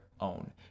own